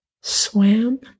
swam